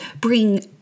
bring